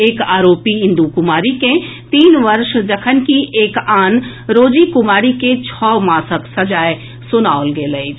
एक आरोपी इंदू कुमारी के तीन वर्ष जखनकि एक आन रोजी कुमारी के छओ मासक सजाए सुनाओल गेल अछि